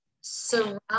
Surround